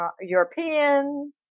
Europeans